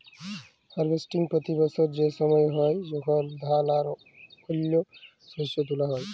harvesting পতি বসর সে সময় হ্যয় যখল ধাল বা অল্য শস্য তুলা হ্যয়